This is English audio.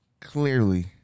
clearly